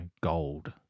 gold